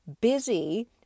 busy